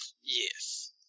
Yes